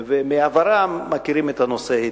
ומעברם מכירים את הנושא היטב.